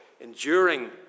enduring